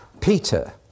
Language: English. Peter